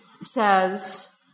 says